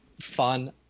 fun